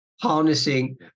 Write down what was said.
harnessing